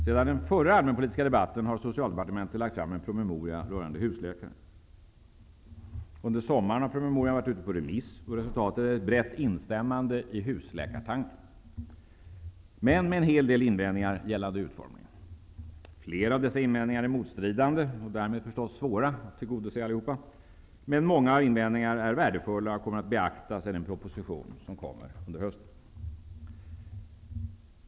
Sedan den förra allmänpolitiska debatten har Socialdepartementet lagt fram en promemoria rörande husläkare. Under sommaren har promemorian varit ute på remiss, och resultatet är ett brett instämmande i husläkartanken men med en hel del invändningar gällande utformningen. Flera av dessa invändningar är motstridande och därmed naturligtvis svåra att tillgodose. Många av invändningarna är dock värdefulla och kommer att beaktas i den proposition som kommer under hösten.